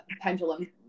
pendulum